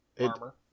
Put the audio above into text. armor